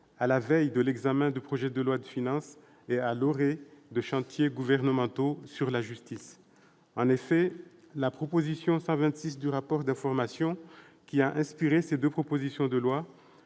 à la veille de l'examen du projet de loi de finances et à l'orée de chantiers gouvernementaux sur la justice. En effet, la proposition n° 126 du rapport d'information, qui a inspiré les deux propositions de loi,